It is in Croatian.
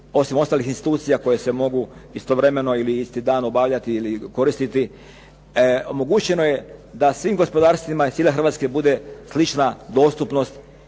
osim ostalih institucija koje se mogu istovremeno ili isti dan obavljati ili koristiti. Omogućeno je da svim gospodarstvima iz cijele Hrvatske bude slična dostupnost